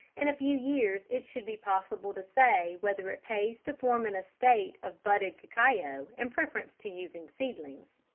in a few years it should be possible to say whether it pays to form an estate of budded cacao in preference to using seedlings.